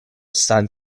san